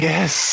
Yes